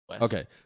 Okay